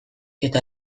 eta